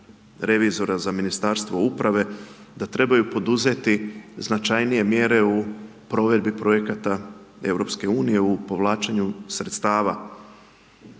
revizora za Ministarstvo uprave, da trebaju poduzeti značajnije mjere u provedbi projekata EU u povlačenju sredstava